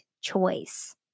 choice